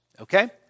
okay